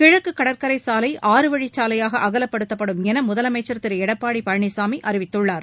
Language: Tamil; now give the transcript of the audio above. கிழக்கு கடற்கரைச் சாலை ஆறு வழிச்சாலையாக அகலப்படுத்தப்படும் என முதலமைச்சர் திரு எடப்பாடி பழனிசாமி அறிவித்துள்ளார்